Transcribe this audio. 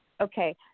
Okay